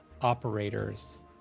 operators